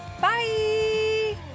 Bye